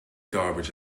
garbage